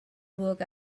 book